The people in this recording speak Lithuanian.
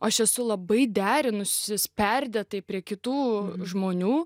aš esu labai derinusis perdėtai prie kitų žmonių